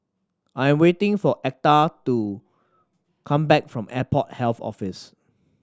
I am waiting for Etta to come back from Airport Health Office